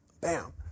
bam